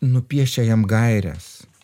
nupiešia jam gaires